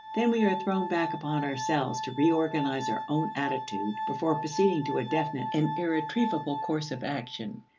then we are thrown back upon ourselves to reorganize our own attitude before proceeding to a definite and irretrievable course of action.